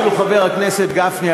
אפילו חבר הכנסת גפני,